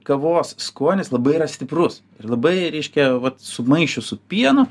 kavos skonis labai yra stiprus ir labai reiškia vat sumaišius su pienu